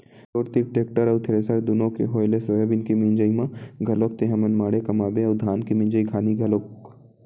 तोर तीर टेक्टर अउ थेरेसर दुनो के होय ले सोयाबीन के मिंजई म घलोक तेंहा मनमाड़े कमाबे अउ धान के मिंजई खानी घलोक